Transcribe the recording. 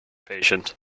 patient